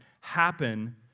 happen